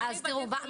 תראו,